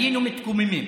היינו מתקוממים.